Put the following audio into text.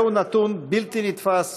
זהו נתון בלתי נתפס,